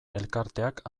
elkarteak